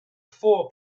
four